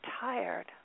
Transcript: tired